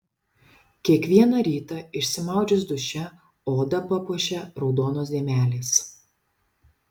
kiekvieną rytą išsimaudžius duše odą papuošia raudonos dėmelės